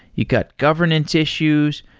you got governance issues.